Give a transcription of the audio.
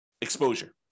exposure